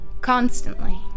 constantly